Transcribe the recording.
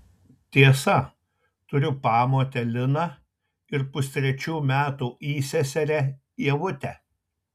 tiesa turiu pamotę liną ir pustrečių metų įseserę ievutę